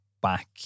Back